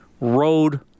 road